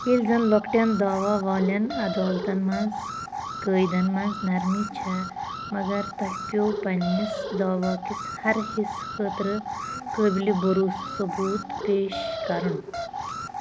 ییٚلہِ زن لۄکٹٮ۪ن دعوا والٮ۪ن عدالتن منٛز قٲیدن منٛز نرمی چھےٚ مگر تۄہہِ پیوٚو پنٛنِس دعواکِس ہر حِصہٕ خٲطرٕ قٲبلہِ بروٗسہٕ ثبوٗط پیش کرُن